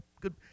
good